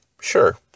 Sure